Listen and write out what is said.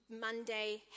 Monday